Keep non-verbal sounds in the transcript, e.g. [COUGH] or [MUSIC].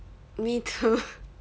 me too [LAUGHS]